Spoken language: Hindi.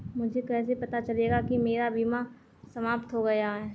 मुझे कैसे पता चलेगा कि मेरा बीमा समाप्त हो गया है?